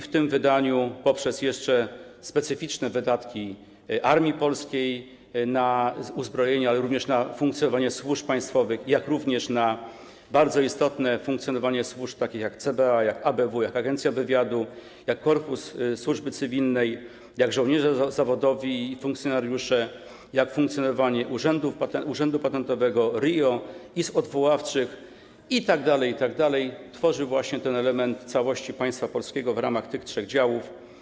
W tym wydaniu - jeszcze poprzez specyficzne wydatki armii polskiej na uzbrojenie, ale także na funkcjonowanie służb państwowych, jak również na bardzo istotne funkcjonowanie służb takich jak CBA, jak ABW, jak Agencja Wywiadu, jak korpus służby cywilnej, jak żołnierze zawodowi i funkcjonariusze, jak funkcjonowanie urzędu patentowego, RIO, izb odwoławczych itd., itd. - tworzy to właśnie ten element całości państwa polskiego w ramach tych trzech działów.